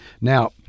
Now